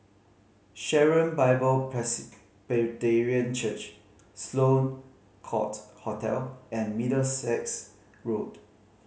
Sharon Bible Presbyterian Church Sloane Court Hotel and Middlesex Road